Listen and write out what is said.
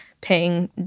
paying